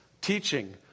teaching